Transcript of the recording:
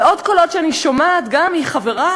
ועוד קולות שאני שומעת, גם מחברי,